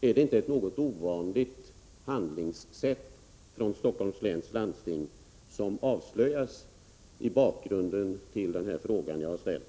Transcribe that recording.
Är det inte ett något ovanligt handlingssätt från Stockholms läns landsting som avslöjas i bakgrunden till den fråga jag har ställt?